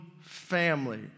family